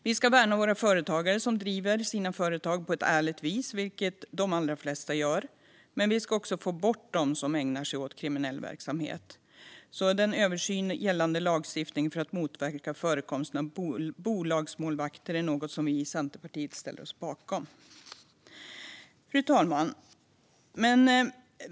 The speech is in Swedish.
Vi ska värna våra företagare som driver sina företag på ett ärligt vis, vilket de allra flesta gör, men vi ska få bort dem som ägnar sig åt kriminell verksamhet. En översyn av gällande lagstiftning för att motverka förekomsten av bolagsmålvakter är något som vi i Centerpartiet ställer oss bakom. Fru talman!